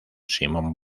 simón